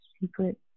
secret